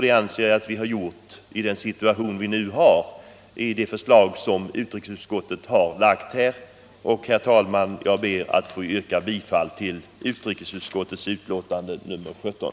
Det anser jag att vi i den situation vi nu befinner oss i gör med det förslag som föreligger från utrikesutskottet. Herr talman! Jag ber att få yrka bifall till utskottets hemställan.